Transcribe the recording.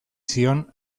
zion